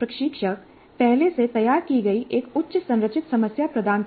प्रशिक्षक पहले से तैयार की गई एक उच्च संरचित समस्या प्रदान करता है